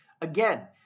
Again